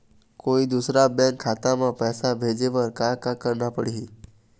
कोई दूसर बैंक खाता म पैसा भेजे बर का का करना पड़ही?